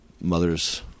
mother's